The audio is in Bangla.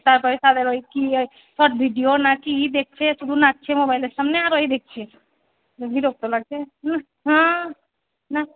তারপরে তাদের ওই কী এক সব ভিডিও না কি দেখছে শুধু নাচছে মোবাইলের সামনে আর ওই দেখছে বিরক্ত লাগছে হুহ হ্যাঁ নাহ